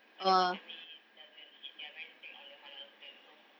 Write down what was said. but then my family doesn't she they are very strict on the halal cert so